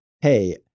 Hey